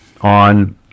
on